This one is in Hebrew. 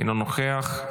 אינו נוכח,